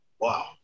Wow